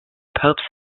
pope